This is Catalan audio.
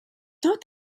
tot